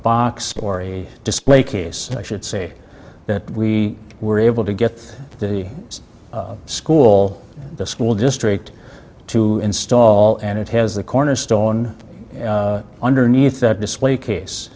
box story a display case i should say that we were able to get the school the school district to install and it has the cornerstone underneath that display case